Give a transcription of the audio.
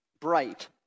bright